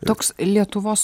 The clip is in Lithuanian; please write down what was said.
toks lietuvos